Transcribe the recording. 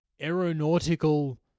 aeronautical